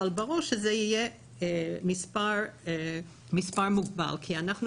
אבל ברור שזה יהיה מספר מוגבל כי אנחנו